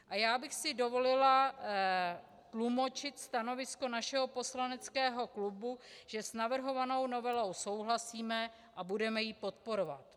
A já bych si dovolila tlumočit stanovisko našeho poslaneckého klubu, že s navrhovanou novelou souhlasíme a budeme ji podporovat.